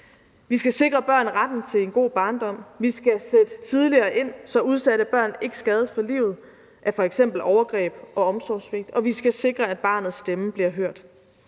Vi skal sikre børn retten til en god barndom; vi skal sætte tidligere ind, så udsatte børn ikke skades for livet af f.eks. overgreb og omsorgssvigt, og vi skal sikre, at barnets stemme bliver hørt.